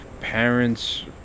parents